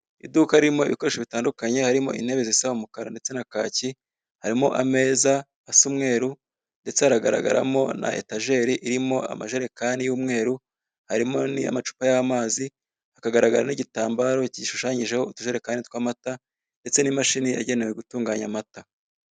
Iduka ririmo ibikoresho bitandukanye harimo intebe zisa umukara ndetse na kaki, harimo ameza asa umweru ndetse haragaragaramo na etajeri irimo amajerekani y'umweru, harimo n'amacupa y'amazi hakagaragara n'igitambaro gishushanyijeho utujerekani tw'amata ndetse n'imashini yagenewe gutunganya amata.